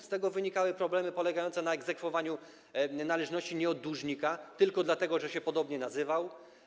Z tego wynikały problemy polegające na egzekwowaniu należności nie od dłużnika tylko dlatego, że się podobnie nazywał.